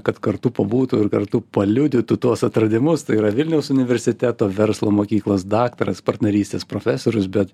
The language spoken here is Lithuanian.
kad kartu pabūtų ir kartu paliudytų tuos atradimus tai yra vilniaus universiteto verslo mokyklos daktaras partnerystės profesorius bet